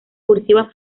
cursiva